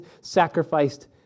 sacrificed